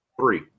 three